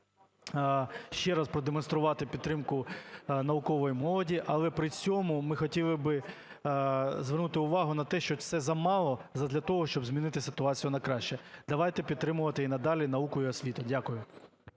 ще раз продемонструвати підтримку наукової молоді. Але при цьому ми хотіли би звернути увагу на те, що це замало задля того, щоб змінити ситуацію на краще. Давайте підтримувати і надалі науку і освіту. Дякую.